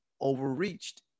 overreached